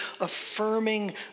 affirming